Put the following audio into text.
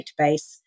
database